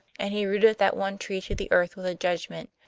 and he rooted that one tree to the earth with a judgment,